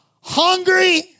hungry